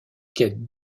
quête